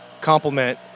complement